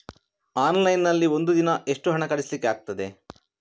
Online ನಲ್ಲಿ ಒಂದು ದಿನ ಎಷ್ಟು ಹಣ ಕಳಿಸ್ಲಿಕ್ಕೆ ಆಗ್ತದೆ?